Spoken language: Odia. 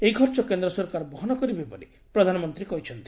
ଏହି ଖର୍ଚ କେନ୍ଦ୍ର ସରକାର ବହନ କରିବେ ବୋଲି ପ୍ରଧାନମନ୍ତୀ କହିଛନ୍ତି